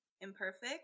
imperfect